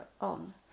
on